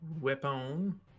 weapon